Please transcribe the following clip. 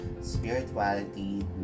spirituality